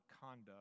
conduct